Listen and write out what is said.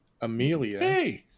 Amelia